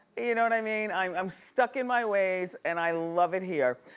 you know what i mean? i'm i'm stuck in my ways and i love it here.